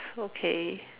okay